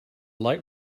light